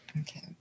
Okay